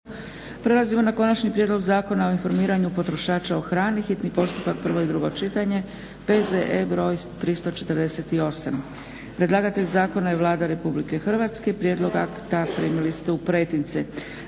Prelazimo na - Konačni prijedlog zakona o informiranju potrošača o hrani, hitni postupak, prvo i drugo čitanje, P.Z.E. br. 348. Predlagatelj zakona je Vlada Republike Hrvatske. Prijedlog akta primili ste u pretince.